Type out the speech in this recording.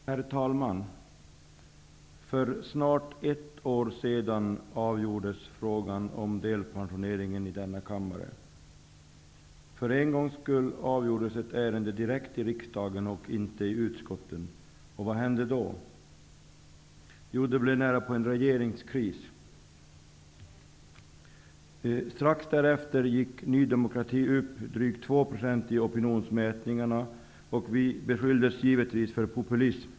Herr talman! För snart ett år sedan avgjordes frågan om delpensionering i denna kammare. För en gångs skull avgjordes ett ärende direkt i riksdagen och inte i utskottet. Vad hände då? Jo, det blev nästan en regeringskris. Strax därefter gick Ny demokrati upp drygt två % i opinionsmätningarna, och vi beskylldes givetvis för populism.